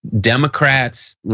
Democrats